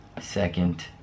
second